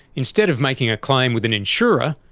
instead of making a claim with an insurer,